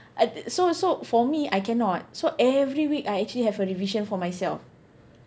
uh so so for me I cannot so every week I actually have a revision for myself